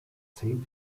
zehn